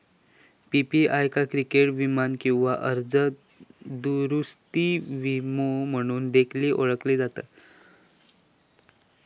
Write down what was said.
PPI का credit वीमा किंवा कर्ज दुरूस्ती विमो म्हणून देखील ओळखला जाता